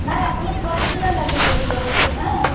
ନାଇଁ ଆପଣ ପ୍ରତିଦିନ ନେବେ ବୋଲି କହିଛନ୍ତି ନା